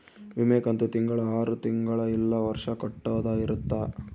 ವಿಮೆ ಕಂತು ತಿಂಗಳ ಆರು ತಿಂಗಳ ಇಲ್ಲ ವರ್ಷ ಕಟ್ಟೋದ ಇರುತ್ತ